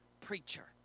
preacher